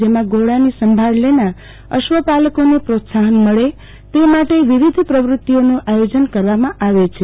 જેમાં ઘોડાની સંભાળ લેનાર અશ્વપાલકોને પ્રોત્સાહન મળ તે માટે વિવિધ પ્રવતિ ઓનું આયોજન કરવામાં આવે છે